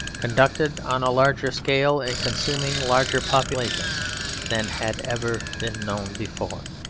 conducted on a larger scale and consuming larger populations than had ever been known before.